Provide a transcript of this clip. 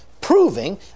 proving